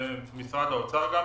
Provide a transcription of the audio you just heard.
ומשרד האוצר.